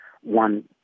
one